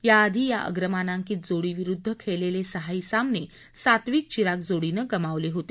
याआधी या अग्रमानांकित जोडीविरुद्ध खेळलेले सहाही सामने सात्विक चिराग जोडीनं गमावले होते